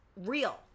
real